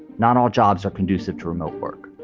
not all jobs are conducive to remote work.